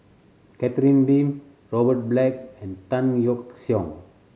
Catherine Lim Robert Black and Tan Yeok Seong